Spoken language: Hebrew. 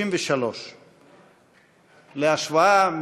33. להשוואה,